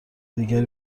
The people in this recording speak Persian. دیگری